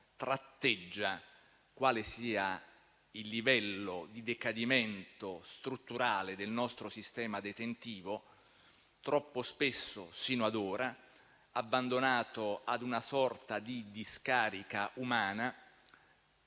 tratteggia quale sia il livello di decadimento strutturale del nostro sistema detentivo, troppo spesso, sino ad ora, abbandonato ad una sorta di discarica umana,